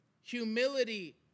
humility